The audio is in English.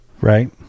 Right